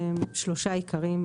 שהם שלושה עיקרים,